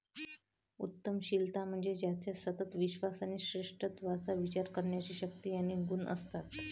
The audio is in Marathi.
उद्यमशीलता म्हणजे ज्याच्यात सतत विश्वास आणि श्रेष्ठत्वाचा विचार करण्याची शक्ती आणि गुण असतात